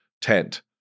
tent